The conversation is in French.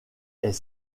est